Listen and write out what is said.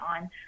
on